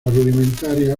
rudimentaria